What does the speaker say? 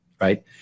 right